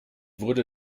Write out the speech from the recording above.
wurde